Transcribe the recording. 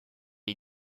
est